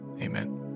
Amen